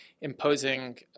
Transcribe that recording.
imposing